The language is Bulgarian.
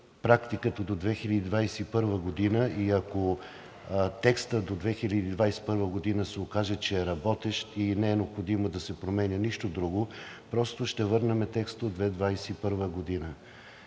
практиката до 2021 г. и ако текстът до 2021 г. се окаже, че е работещ и не е необходимо да се променя нищо друго, просто ще върнем текста от 2021 г.